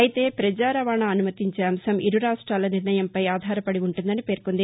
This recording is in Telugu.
అయితే ప్రపజా రవాణా అసుమతించే అంశం ఇరు రాష్ట్రాల నిర్ణయంపై ఆధారపడి ఉంటుందని పేర్కొంది